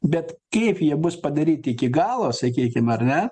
bet kaip jie bus padaryti iki galo sakykim ar ne